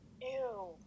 Ew